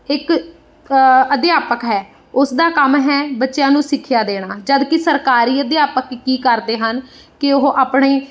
ਇੱਕ ਅਧਿਆਪਕ ਹੈ ਉਸ ਦਾ ਕੰਮ ਹੈ ਬੱਚਿਆਂ ਨੂੰ ਸਿੱਖਿਆ ਦੇਣਾ ਜਦਕਿ ਸਰਕਾਰੀ ਅਧਿਆਪਕ ਕੀ ਕਰਦੇ ਹਨ ਕਿ ਉਹ ਆਪਣੇ